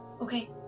Okay